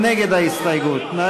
מי